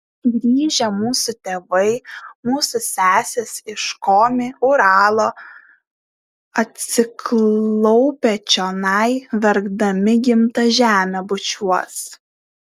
grįžę mūsų tėvai mūsų sesės iš komi uralo atsiklaupę čionai verkdami gimtą žemę bučiuos